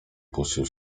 puścił